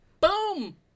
Boom